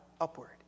upward